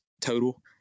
total